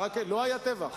ברכה, לא היה טבח.